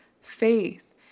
faith